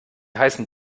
heißen